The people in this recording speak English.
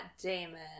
Damon